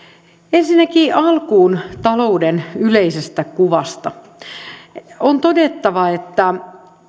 ensinnäkin alkuun talouden yleisestä kuvasta on todettava että